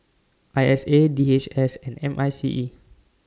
I S A D H S and M I C E